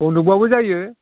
बन्द'खबाबो जायो